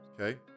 Okay